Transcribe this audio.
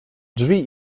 drzwi